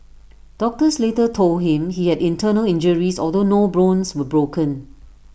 doctors later told him he had internal injuries although no bones were broken